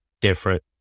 different